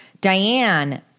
Diane